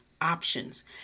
options